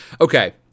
Okay